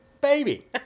baby